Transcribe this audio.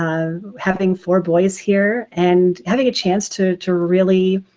um having four boys here and having a chance to to really